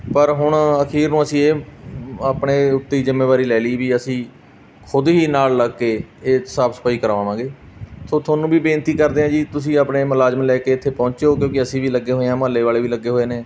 ਪਰ ਹੁਣ ਅਖੀਰ ਨੂੰ ਅਸੀਂ ਇਹ ਆਪਣੇ ਉੱਤੇ ਹੀ ਜਿੰਮੇਵਾਰੀ ਲੈ ਲਈ ਵੀ ਅਸੀਂ ਖੁਦ ਹੀ ਨਾਲ ਲੱਗ ਕੇ ਇਹ ਸਾਫ਼ ਸਫਾਈ ਕਰਾਵਾਂਗੇ ਸੋ ਤੁਹਾਨੂੰ ਵੀ ਬੇਨਤੀ ਕਰਦੇ ਹਾਂ ਜੀ ਤੁਸੀਂ ਆਪਣੇ ਮੁਲਾਜ਼ਮ ਲੈ ਕੇ ਇੱਥੇ ਪਹੁੰਚੋ ਕਿਉਂਕਿ ਅਸੀਂ ਵੀ ਲੱਗੇ ਹੋਏ ਹਾਂ ਮੁਹੱਲੇ ਵਾਲੇ ਵੀ ਲੱਗੇ ਹੋਏ ਨੇ